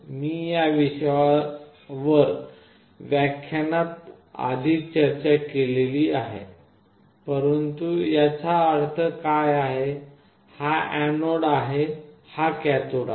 मी या विषयावर व्याख्यानात आधीच चर्चा केली आहे परंतु याचा अर्थ काय आहे हा एनोड आहे आणि हा कॅथोड आहे